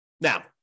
Now